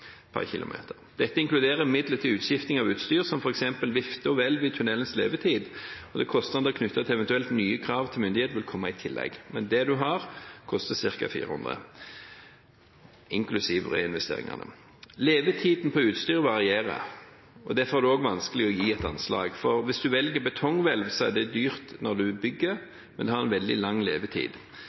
Dette inkluderer midlertidig utskifting av utstyr, som f.eks. vifte og hvelv, i tunnelens levetid. Kostnader til eventuelle nye tiltak fra myndighetene vil komme i tillegg. Men det man har, koster ca. 400 mill. kr, inklusiv reinvesteringene. Levetiden for utstyr varierer. Derfor er det også vanskelig å gi et anslag. Hvis en velger betonghvelv, er det dyrt når en bygger, men det har veldig lang levetid.